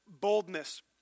boldness